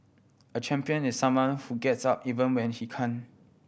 a champion is someone who gets up even when he can